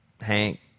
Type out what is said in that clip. Hank